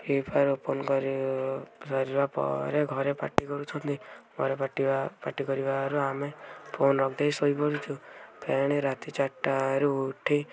Free Fire open କରି ସାରିବା ପରେ ଘରେ ପାଟି କରୁଛନ୍ତି ଘରେ ପାଟି ପାଟି କରିବାରୁ ଆମେ ଫୋନ୍ ରଖିଦେଇ ଶୋଇ ପଡ଼ୁଛୁ ଫେଣେ ରାତି ଚାରିଟାରୁ ଉଠି